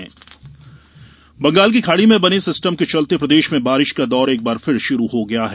मौसम बंगाल की खाड़ी में बने सिस्टम के चलते प्रदेश में बारिश का दौर एक बार फिर शुरू हो गया है